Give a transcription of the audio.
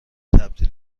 تبدیل